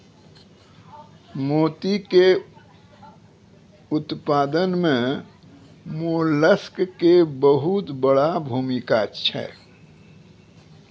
मोती के उपत्पादन मॅ मोलस्क के बहुत वड़ो भूमिका छै